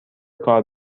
کار